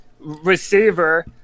Receiver